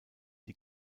die